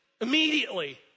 immediately